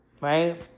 right